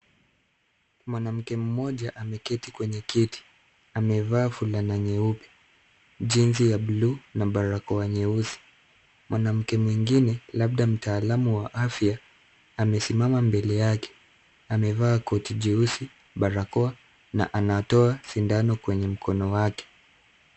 Mwanamke mmoja ameketi kwenye kiti. Amevaa fulana nyeupe, jeans ya buluu na barakoa nyeusi. Mwanamke mwingine, labda mtaalamu wa afya amesimama mbele yake. Amevaa koti jeusi, barakoa na anatoa sindano kwenye mkono wake.